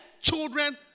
children